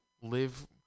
Live